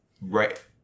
right